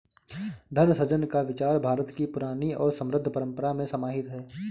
धन सृजन का विचार भारत की पुरानी और समृद्ध परम्परा में समाहित है